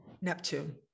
Neptune